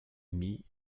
demie